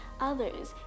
others